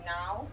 Now